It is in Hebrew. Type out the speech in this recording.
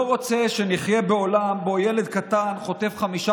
לא רוצה שנחיה בעולם שבו ילד קטן חוטף חמישה